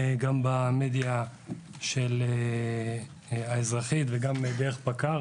במדיה האזרחית וגם דרך פיקוד העורף